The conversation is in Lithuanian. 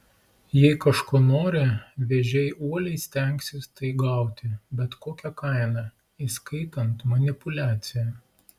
jei kažko nori vėžiai uoliai stengsis tai gauti bet kokia kaina įskaitant manipuliaciją